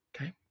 okay